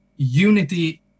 unity